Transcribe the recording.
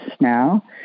now